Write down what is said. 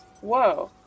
Whoa